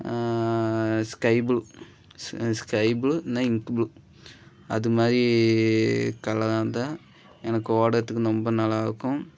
sky blue ஸ் sky blue இல்லைன்னா ink blue அது மாதிரி கலராக இருந்தால் எனக்கு ஓடுறத்துக்கு ரொம்ப நல்லாருக்கும்